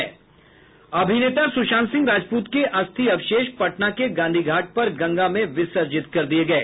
अभिनेता सुशांत सिंह राजपूत के अस्थि अवशेष पटना के गांधीघाट पर गंगा में विसर्जित कर दी गयी